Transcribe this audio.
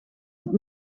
het